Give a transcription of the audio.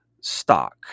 stock